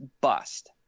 bust